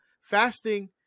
Fasting